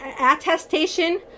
attestation